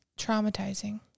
traumatizing